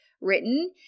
written